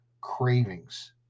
cravings